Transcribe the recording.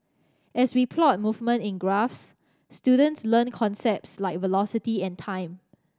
as we plot movement in graphs students learn concepts like velocity and time